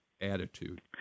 attitude